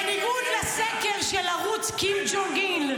בניגוד לסקר של ערוץ קים ג'ונג און,